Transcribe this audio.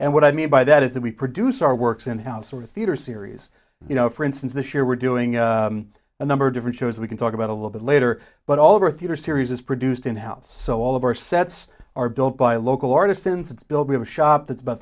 and what i mean by that is that we produce our works in house or theater series you know for instance this year we're doing a number of different shows we can talk about a little bit later but all of our theater series is produced in house so all of our sets are built by a local artist since it's built we have a shop that's about